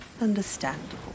Understandable